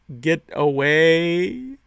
Getaway